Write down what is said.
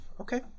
Okay